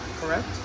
correct